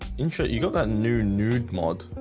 in sure you got that new nude mod,